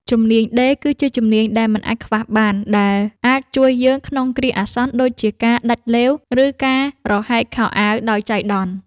ជំនាញដេរគឺជាជំនាញដែលមិនអាចខ្វះបាន ដែលអាចជួយយើងក្នុងគ្រាអាសន្នដូចជាការដាច់ឡេវ ឬការរហែកខោអាវដោយចៃដន្យ។